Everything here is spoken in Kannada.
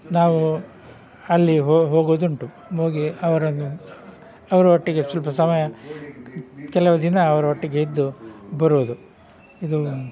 ನಾವು ಅಲ್ಲಿ ಹೋಗುವುದುಂಟು ಹೋಗಿ ಅವರನ್ನು ಅವರೊಟ್ಟಿಗೆ ಸ್ವಲ್ಪ ಸಮಯ ಕೆಲವು ದಿನ ಅವರೊಟ್ಟಿಗೆ ಇದ್ದು ಬರುವುದು ಇದು